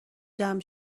جمع